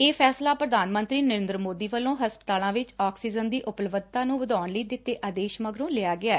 ਇਹ ਫੈਸਲਾ ਪ੍ਰਧਾਨ ਮੰਤਰੀ ਨਰੇਂਦਰ ਮੋਦੀ ਵਲੋਂ ਹਸਪਤਾਲਾ ਵਿੱਚ ਆਕਸੀਜਨ ਦੀ ਉਪਲਭਧਤਾ ਨੂੰ ਵਧਾਉਣ ਲਈ ਦਿੱਤੇ ਆਦੇਸ਼ ਮਗਰੋਂ ਲਿਆ ਗਿਐ